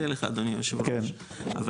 היושב-ראש,